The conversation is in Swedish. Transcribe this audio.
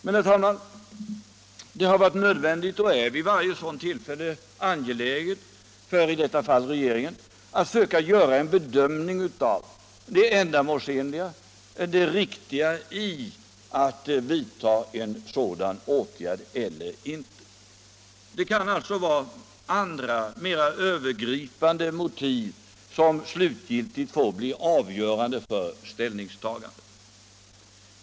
Men vid varje sådant tillfälle är det nödvändigt och angeläget — i detta fall för regeringen — att bedöma det ändamålsenliga i åtgärden. Andra mera övergripande motiv kan alltså slutgiltigt bli avgörande för ställningstagandet.